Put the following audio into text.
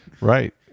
right